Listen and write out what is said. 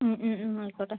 ആയിക്കോട്ടെ